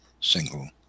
single